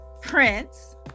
Prince